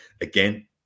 again